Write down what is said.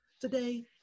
Today